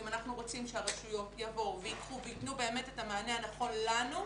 ואם אנחנו רוצים שהרשויות יבואו וייקחו וייתנו באמת את המענה הנכון לנו,